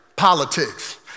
politics